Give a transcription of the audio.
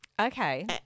Okay